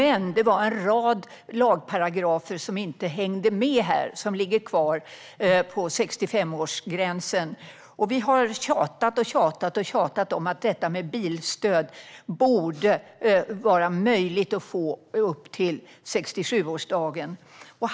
En rad lagparagrafer har dock inte hängt med utan ligger kvar på 65årsgränsen, och vi har tjatat och tjatat om att bilstöd borde vara möjligt att få upp till 67-årsdagen.